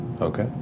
Okay